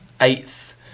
eighth